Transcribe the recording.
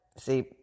see